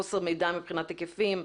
חוסר מידע מבחינת היקפים,